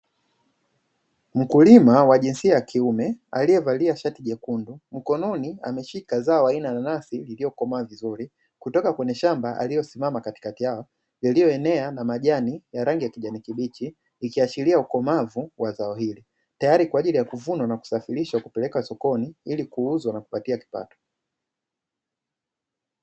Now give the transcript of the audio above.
Mkulima wa jinsia ya kiume aliyevalia shati jekundu, mkononi ameshika zao aina ya nanasi lililokomaa vizuri, kutoka kwenye shamba aliyosimama katikati yao. Lililoenea na majani ya rangi ya kijani kibichi ikiashiria ukomavu wa zao hili. Tayari kwa ajili ya kuvunwa na kusafirishwa kupeleka sokoni ili kuuzwa na kupatia kipato.